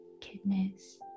kidneys